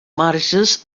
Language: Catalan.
marges